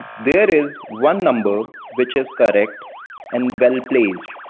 there is one number which is correct and well placed.